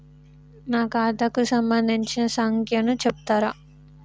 నా ఖాతా కు సంబంధించిన సంఖ్య ను చెప్తరా?